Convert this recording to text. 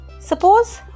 Suppose